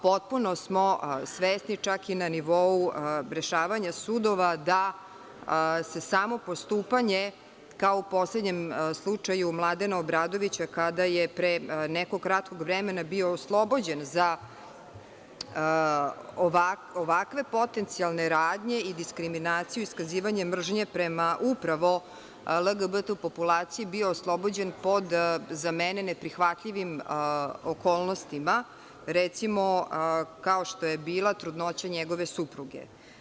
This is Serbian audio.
Potpuno smo svesni, čak i na nivou rešavanja sudova, da se samo postupanje kao u poslednjem slučaju Mladena Obradovića, kada je pre nekog kratkog vremena bio oslobođen za ovakve potencijalne radnje i diskriminaciju i iskazivanje mržnje prema upravo LGBT populaciji, bio oslobođen pod za mene neprihvatljivim okolnostima, recimo, kao što je bila trudnoća njegove supruge.